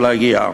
ולהגיע.